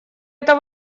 эта